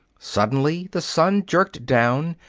suddenly the sun jerked down,